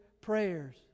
prayers